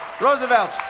Roosevelt